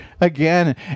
again